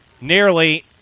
nearly